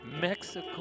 Mexico